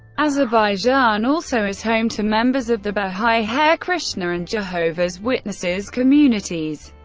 azerbaijan also is home to members of the baha'i, hare krishna and jehovah's witnesses communities,